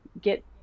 get